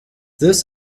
this